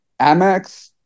Amex